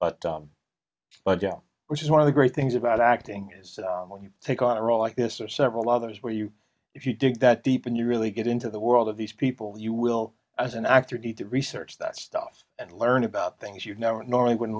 but which is one of the great things about acting is when you take on a role like this or several others where you if you dig that deep and you really get into the world of these people you will as an actor need to research that stuff and learn about things you never normally would